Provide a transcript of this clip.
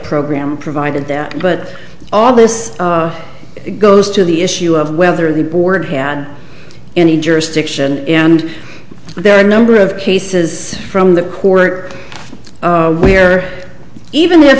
program provided that but all this goes to the issue of whether the board had any jurisdiction and there are a number of cases from the court where even if